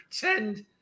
pretend